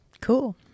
Cool